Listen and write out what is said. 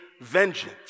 vengeance